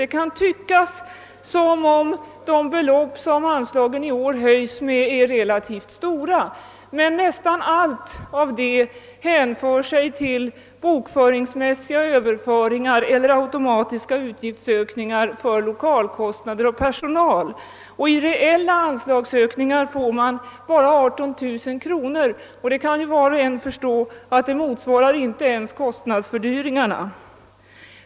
Det kan tyckas att de belopp som anslagen i år höjts med är relativt stora, men nästan allt hänför sig till bokföringsmässiga överföringar eller automatiska utgiftsökningar för 1okaloch personalkostnader. I reella anslagsökningar får institutet bara 18 000 kronor, och var och en kan förstå att det inte ens motsvarar kostnadsstegringarna.